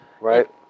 Right